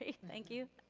ah thank you.